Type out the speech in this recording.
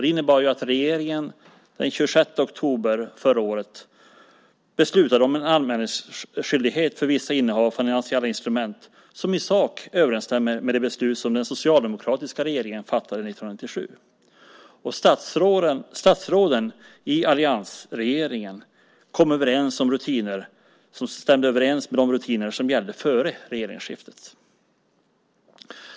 Det innebar att regeringen den 16 oktober förra året beslutade om en anmälningsskyldighet för vissa innehav av finansiella instrument som i sak överensstämmer med det beslut som den socialdemokratiska regeringen fattade 1997. Statsråden i alliansregeringen kom överens om rutiner som stämde överens med de rutiner som gällde före regeringsskiftet.